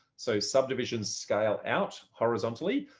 so subdivisions scale out horizontally,